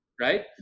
right